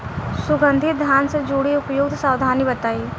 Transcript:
सुगंधित धान से जुड़ी उपयुक्त सावधानी बताई?